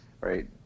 right